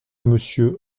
monsieur